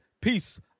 peace